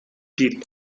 piles